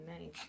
nice